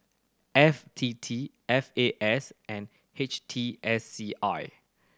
F T T F A S and H T S C I